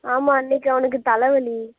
ஆமா அன்றைக்கி அவனுக்கு தலைவலி